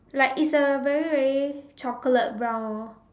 like it's a very very chocolate brown